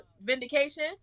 vindication